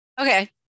okay